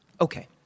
Okay